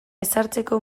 ezartzeko